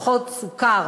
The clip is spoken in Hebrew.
פחות סוכר.